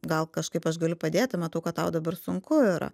gal kažkaip aš galiu padėti matau kad tau dabar sunku yra